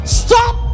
stop